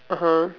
(uh huh)